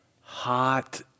Hot